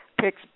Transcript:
picks